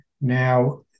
Now